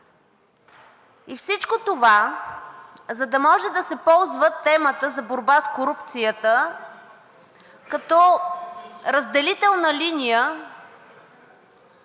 И всичко това, за да може да се ползва темата за борба с корупцията като разделителна линия